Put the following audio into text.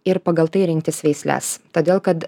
ir pagal tai rinktis veisles todėl kad